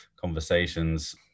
conversations